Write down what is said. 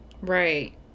Right